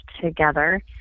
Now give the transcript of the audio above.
together